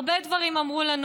הרבה דברים אמרו לנו,